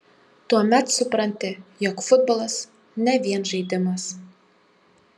tuomet supranti jog futbolas ne vien žaidimas